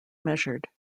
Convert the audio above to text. measured